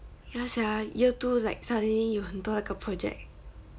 ya sia year two like suddenly 有很多那个 project